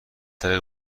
طریق